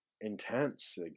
intense